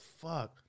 fuck